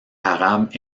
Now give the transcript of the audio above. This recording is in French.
arabes